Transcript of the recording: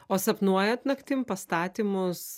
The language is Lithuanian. o sapnuojat naktim pastatymus